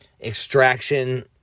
extraction